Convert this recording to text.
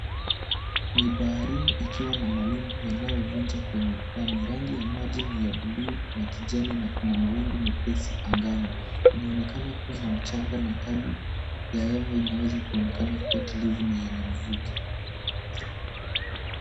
Ni baharini ikiwa na mawimbi yanayovunja kwenye pwani. Rangi ya maji ni ya buluu na kijani na kuna mawingu mepesi angani. Inaonekana kuwa na mchanga na hali ya hewa inaweza kuonekana kuwa tulivu na yenye mvuke.